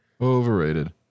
Overrated